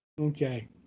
Okay